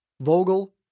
Vogel